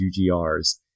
UGRs